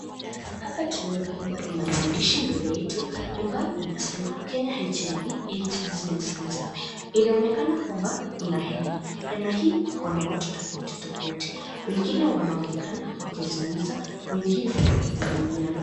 Hapa tunaona kwamba kuna maandishi mbele yetu ambayo inasema Kenya HIV AIDS Business Council . Inaonekana kwamba kuna hema, hema hii iko na watu tofauti tofauti, wengine wanaonekana wakizungumza wengine wakihudumiana.